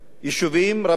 ביישובים רבים